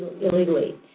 illegally